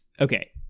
okay